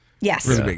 Yes